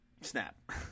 Snap